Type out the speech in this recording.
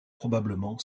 probablement